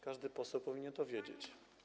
Każdy poseł powinien to wiedzieć.